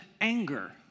anger